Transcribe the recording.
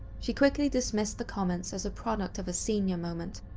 she quickly dismissed the comments as a product of a senior moment,